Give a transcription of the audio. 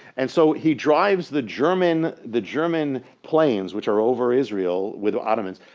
and so he drives the german the german planes which are over israel with ottomans,